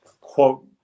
quote